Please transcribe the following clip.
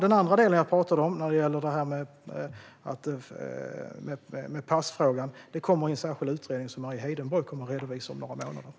Den andra delen jag talade om, passfrågan, kommer i en särskild utredning som Mari Heidenborg kommer att redovisa om några månader.